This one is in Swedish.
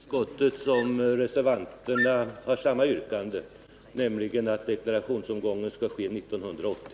Herr talman! Utskottsmajoriteten och reservanterna har samma yrkande, nämligen att deklarationsomgången skall äga rum 1980.